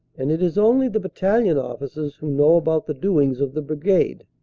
and it is only the battalion officers who know about the doings of the brigade.